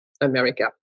America